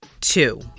Two